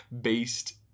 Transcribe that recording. based